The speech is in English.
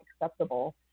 acceptable